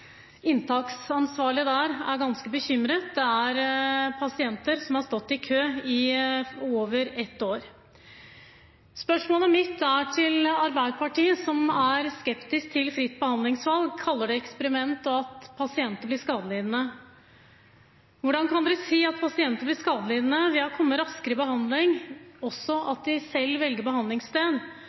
Inntaksansvarlig der er ganske bekymret, for det er pasienter som har stått i kø i over ett år. Spørsmålet mitt er til Arbeiderpartiet, som er skeptisk til fritt behandlingsvalg, kaller det et eksperiment og sier at pasienter blir skadelidende. Hvordan kan de si at pasienter blir skadelidende ved å komme raskere i behandling og at de selv velger behandlingssted,